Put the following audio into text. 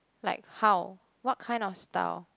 like how what kind of style